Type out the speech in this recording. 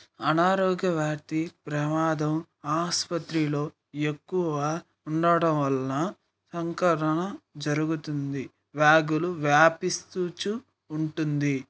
అనారోగ్య వ్యాప్తి ప్రమాదం ఆసుపత్రిలో ఎక్కువ ఉండడం వల్ల సంకరణం జరుగుతుంది వ్యాధులు వ్యాపిస్తూ ఉంటుంది